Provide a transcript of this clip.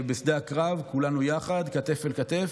בשדה הקרב כולנו יחד, כתף אל כתף.